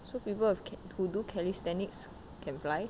so people w~ who do calisthenics can fly